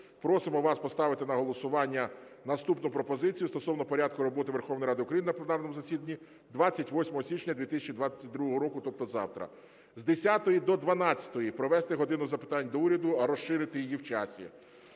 просимо вас поставити на голосування наступну пропозицію стосовно порядку роботи Верховної Ради України на пленарному засіданні 28 січня 2022 року, тобто завтра. З 10 до 12 провести "годину запитань до Уряду", розширити її в часі.